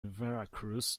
veracruz